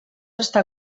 està